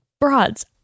Broads